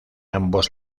ambos